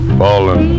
fallen